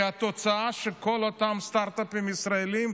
כי התוצאה היא שכל אותם סטרטאפים ישראליים,